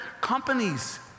companies